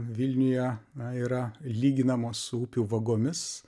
vilniuje yra lyginamos su upių vagomis